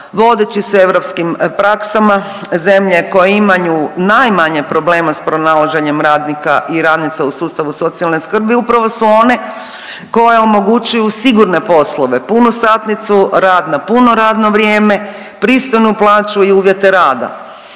Vodeći se europskim praksama zemlje koje imaju najmanje problema s pronalaženjem radnika i radnica u sustavu socijalne skrbi upravo su one koje omogućuju sigurne poslove, punu satnicu, rad na puno radno vrijeme, pristojnu plaću i uvjete rada.